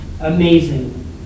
amazing